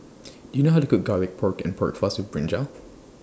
Do YOU know How to Cook Garlic Pork and Pork Floss with Brinjal